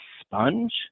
sponge